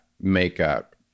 makeup